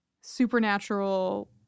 supernatural